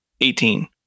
Eighteen